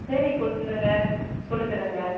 சரி கொடுக்குறங்க கொடுக்குறங்க